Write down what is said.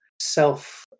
self